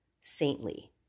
saintly